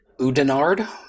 Udenard